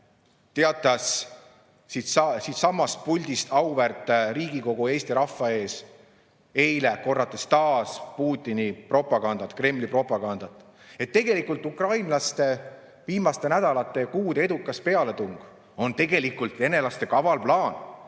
teatas siitsamast puldist auväärt Riigikogu, Eesti rahva ees eile, korrates taas Putini propagandat, Kremli propagandat, et ukrainlaste viimaste nädalate ja kuude edukas pealetung on tegelikult venelaste kaval plaan: